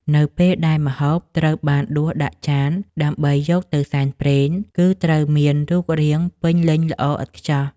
នៅពេលដែលម្ហូបត្រូវបានដួសដាក់ចានដើម្បីយកទៅសែនព្រេន គឺត្រូវមានរូបរាងពេញលេញល្អឥតខ្ចោះ។